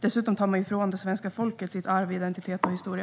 Dessutom tar man ifrån svenska folket dess arv, identitet och historia.